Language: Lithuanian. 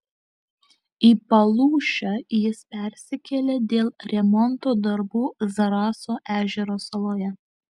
į palūšę jis persikėlė dėl remonto darbų zaraso ežero saloje